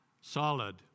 solid